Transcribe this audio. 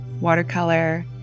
watercolor